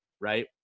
Right